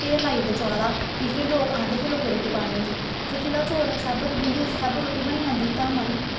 ढेर लाई ओड़दे चौलें दा कि फिर लोक आंदे फिर लोकें गी रुट्टी पानी होंदी फिर ओह् चौल जेल्लै सब रुट्टी बनी जंदा धामां आह्ली